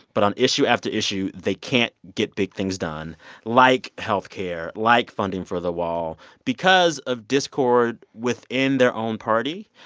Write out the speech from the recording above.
but on issue after issue, they can't get big things done like health care, like funding for the wall because of discord within their own party.